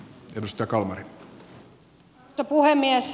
arvoisa puhemies